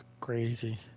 Crazy